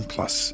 Plus